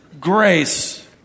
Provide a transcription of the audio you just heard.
grace